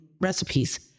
recipes